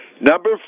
Number